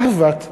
אהבת אדם.